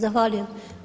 Zahvaljujem.